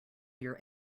your